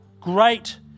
great